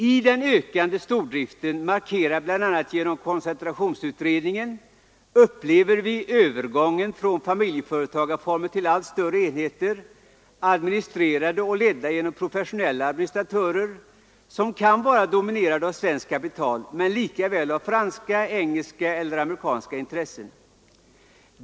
I den ökande stordriften, markerad bl.a. av koncentrationsutredningen, upplever vi övergången från familjeföretagarformer till allt större enheter, administrerade och ledda genom professionella administratörer, som kan vara dominerade av svenskt kapital men lika väl av franska, engelska eller amerikanska intressen.